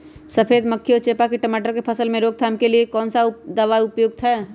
सफेद मक्खी व चेपा की टमाटर की फसल में रोकथाम के लिए कौन सा दवा उपयुक्त है?